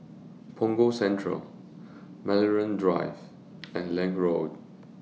Punggol Central Maryland Drive and Lange Road